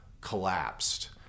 collapsed